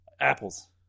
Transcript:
Apples